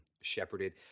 shepherded